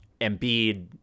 Embiid